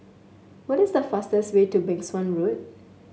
what is the fastest way to Suan Road